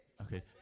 Okay